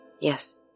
Yes